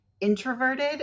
introverted